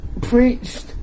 preached